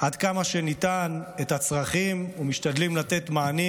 עד כמה שניתן את הצרכים, ומשתדלים לתת מענים.